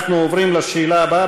אנחנו עוברים לשאלה הבאה,